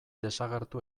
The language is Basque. desagertu